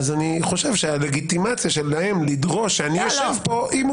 אני חושב שהלגיטימציה שלהם לדרוש שאני אשב פה --- זה שיא